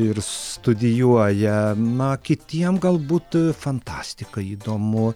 ir studijuoja na kitiem galbūt fantastika įdomu